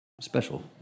special